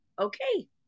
okay